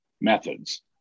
methods